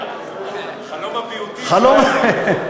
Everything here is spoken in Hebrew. חלום הביעותים שלו.